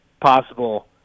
possible